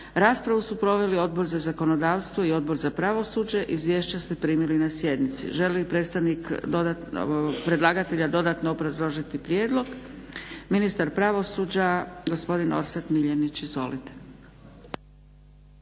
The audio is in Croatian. Raspravu su proveli Odbor za zakonodavstvo i Odbor za pravosuđe. Izvješća ste primili na sjednici. Želi li predstavnik predlagatelja dodatno obrazložiti prijedlog? Ministar pravosuđa gospodin Orsat Miljenić. Izvolite.